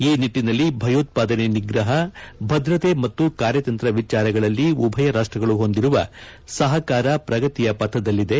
ಈ ನಿಟ್ಟಿನಲ್ಲಿ ಭಯೋತ್ಪಾದನೆ ನಿಗ್ರಹ ಭದ್ರತೆ ಮತ್ತು ಕಾರ್ಯತಂತ್ರ ವಿಚಾರಗಳಲ್ಲಿ ಉಭಯ ರಾಷ್ಷಗಳು ಹೊಂದಿರುವ ಸಪಕಾರ ಪ್ರಗತಿಯ ಪಥದಲ್ಲಿದೆ